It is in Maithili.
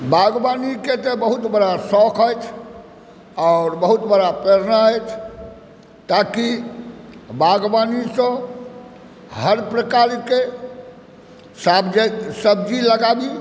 बागवानीके तऽ बहुत बड़ा शौक अछि आओर बहुत बड़ा प्रेरणा अछि ताकि बागवानीसंँ हर प्रकारके साग सब्जी लगाबी